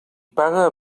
paga